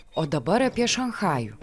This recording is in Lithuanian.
o dabar apie šanchajų